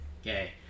Okay